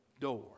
door